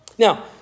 Now